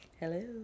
Hello